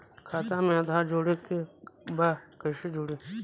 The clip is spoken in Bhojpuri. खाता में आधार जोड़े के बा कैसे जुड़ी?